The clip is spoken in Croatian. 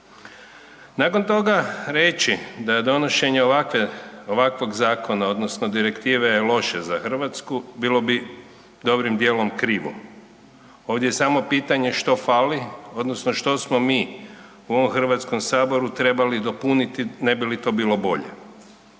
Nakon toga, reći da donošenje ovakvog zakona odnosno direktive je loše za Hrvatsku, bilo bi dobrim djelom krivo. Ovdje je samo pitanje što fali odnosno što smo mi u ovom Hrvatskom saboru trebali dopuniti ne bili to bilo bolje.